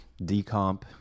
Decomp